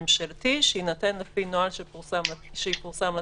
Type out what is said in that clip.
ממשלתי שיינתן על פי נוהל שיפורסם לציבור.